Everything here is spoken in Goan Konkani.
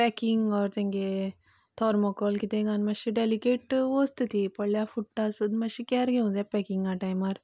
पॅकिंग ऑर तेंगे थर्मकाॅल कितें घालून मात्शें डेलिकेट वस्त ती पडल्यार फुडटा सो मात्शी केर घेवंक जाय पॅकिंगा टायमार